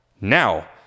Now